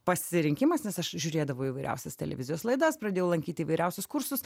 pasirinkimas nes aš žiūrėdavau įvairiausias televizijos laidas pradėjau lankyti įvairiausius kursus